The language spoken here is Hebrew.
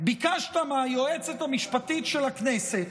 ביקשת מהיועצת המשפטית של הכנסת,